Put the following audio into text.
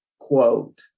quote